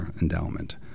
endowment